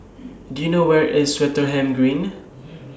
Do YOU know Where IS Swettenham Green